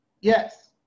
yes